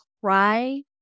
cry